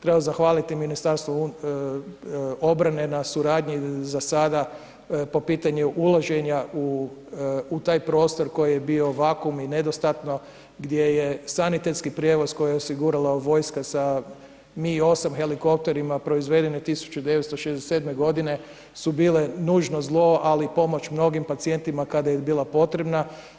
Treba zahvaliti Ministarstvu obrane na suradnji za sada po pitanju ulaženja u taj prostor koji je bio vakumm i nedostatno gdje je sanitetski prijevoz koji je osigurala vojska sa MI-8 helikopterima proizvedeni 1967. godine su bile nužno zlo ali pomoć mnogim pacijentima kada im je bila potrebna.